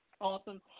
Awesome